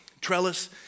trellis